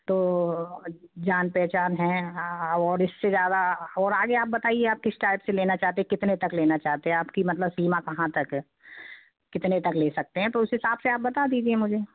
तो जान पहचान है हाँ और इससे ज़्यादा और आगे आप बताइए आप किस टाइप से लेना चाहते हैं कितने तक लेना चाहते आपकी मतलब सीमा कहाँ तक है कितने तक ले सकते हैं तो उस हिसाब से आप बता दीजिए मुझे